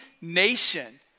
nation